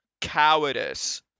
cowardice